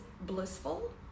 blissful